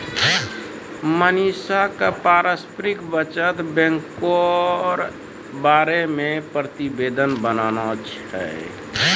मनीषा क पारस्परिक बचत बैंको र बारे मे प्रतिवेदन बनाना छै